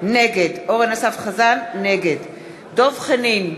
נגד דב חנין,